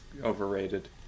overrated